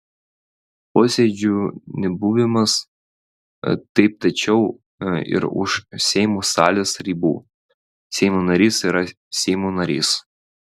posėdžių nebuvimas taip tačiau ir už seimo salės ribų seimo narys yra seimo narys